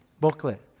booklet